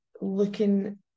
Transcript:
looking